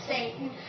Satan